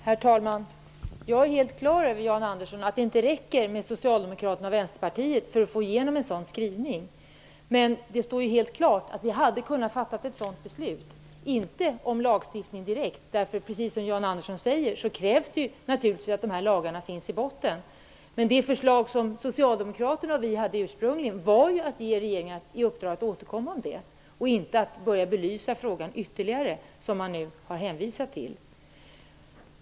Herr talman! Jag är helt klar över, Jan Andersson, att det inte räcker med Socialdemokraternas och Vänsterpartiets stöd för att få igen en sådan skrivning. Men det står helt klart att vi hade kunnat fatta ett beslut. Vi hade visserligen inte kunnat fatta beslut om lagstiftning direkt. Precis som Jan Andersson säger krävs det ju att nämnda lagar finns i botten. Men det förslag som Socialdemokraterna och Vänsterpartiet ursprungligen lade fram var att ge regeringen i uppdrag att återkomma i frågan, inte att belysa frågan ytterligare, vilket det nu hänvisas till.